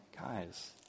guys